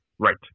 Right